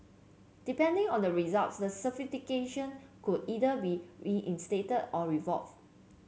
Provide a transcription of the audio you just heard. depending on the results the certification could either be reinstated or